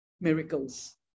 miracles